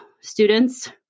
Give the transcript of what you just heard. students